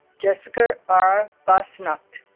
jessica r. fassnacht